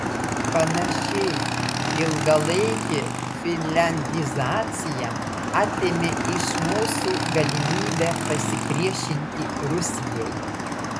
panašiai ilgalaikė finliandizacija atėmė iš mūsų galimybę pasipriešinti rusijai